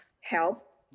help